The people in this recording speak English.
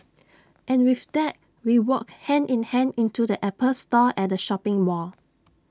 and with that we walked hand in hand into the Apple store at the shopping mall